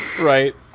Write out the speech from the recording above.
Right